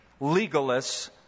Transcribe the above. legalists